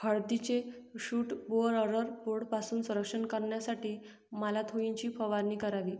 हळदीचे shoot borer बोर्डपासून संरक्षण करण्यासाठी मॅलाथोईनची फवारणी करावी